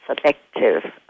selective